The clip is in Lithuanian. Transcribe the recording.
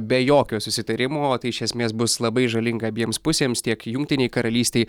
be jokio susitarimo o tai iš esmės bus labai žalinga abiems pusėms tiek jungtinei karalystei